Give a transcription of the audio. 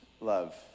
love